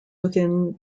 within